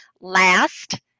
last